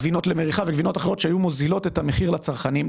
גבינות למריחה וגבינות אחרות שהיו מוזילות את המחיר לצרכנים.